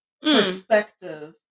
Perspective